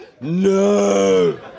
No